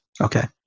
Okay